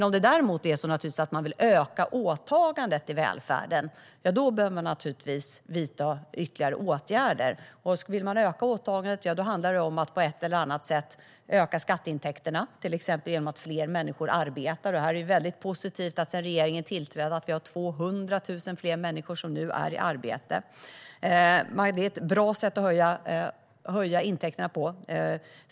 Om det däremot är så att man vill öka åtagandet i välfärden behöver man naturligtvis vidta ytterligare åtgärder. Vill man öka åtagandet handlar det om att på ett eller annat sätt öka skatteintäkterna, till exempel genom att fler människor arbetar. Det är väldigt positivt att vi jämfört med när regeringen tillträdde nu har 200 000 fler människor i arbete. Det är ett bra sätt att höja intäkterna på.